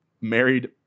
married